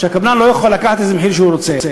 שהקבלן לא יוכל לקחת איזה מחיר שהוא רוצה.